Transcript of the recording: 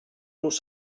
los